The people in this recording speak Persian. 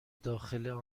داخل